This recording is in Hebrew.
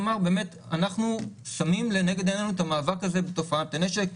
אנחנו שמים לנגד עינינו את המאבק הזה בתופעת הנשק.